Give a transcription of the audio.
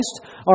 Christ